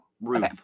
Ruth